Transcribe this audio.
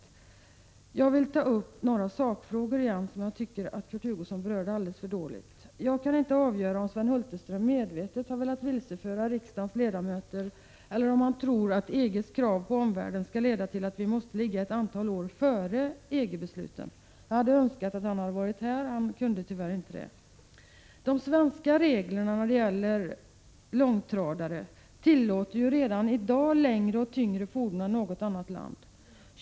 Jag vill återigen ta upp några sakfrågor som jag tycker att Kurt Hugosson — Prot. 1986/87:99 berört alldeles för litet. Jag kan inte avgöra om Sven Hulterström medvetet — 1 april 1987 har velat vilseföra riksdagens ledamöter eller om han tror att EG:s krav på R Vidareutveckling av omvärlden kommer att leda till att vi måste ligga ett antal år före 1070 års bak Mälka EG-besluten. Jag hade önskat att Sven Hulterström var här. Men han kunde, beslut & tyvärr, inte det. De svenska reglerna när det gäller långtradare tillåter redan i dag längre och tyngre fordon än något annat lands regler gör.